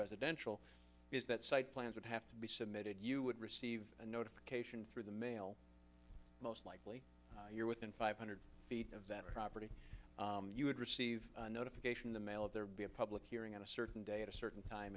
residential is that site plans would have to be submitted you would receive a notification through the mail most likely you're within five hundred feet of that property you would receive notification in the mail if there be a public hearing on a certain day at a certain time